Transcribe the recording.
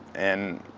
and